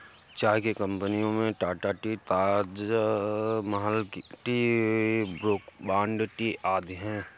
चाय की कंपनियों में Tata tea, Taj Mahal tea, Brooke Bond tea आदि है